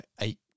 eight